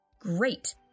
Great